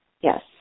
Yes